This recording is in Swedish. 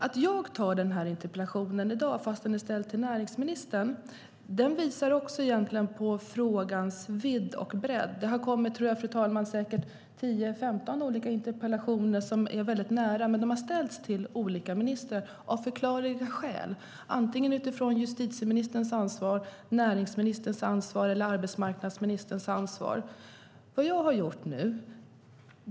Att jag tar den här interpellationen i dag, fast den är ställd till näringsministern, visar också på frågans vidd. Det har kommit säkert tio femton interpellationer som ligger väldigt nära varandra men som ställts till olika ministrar - av förklarliga skäl. Det är antingen utifrån justitieministerns ansvar, näringsministerns ansvar eller arbetsmarknadsministerns ansvar.